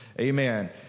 amen